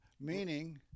meaning